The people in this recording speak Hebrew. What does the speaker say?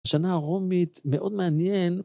שנה רומית מאוד מעניין.